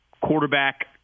quarterback